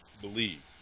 believe